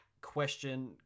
question